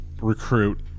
recruit